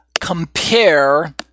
compare